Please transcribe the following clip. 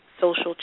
social